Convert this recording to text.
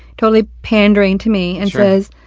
totally pandering to me, and says,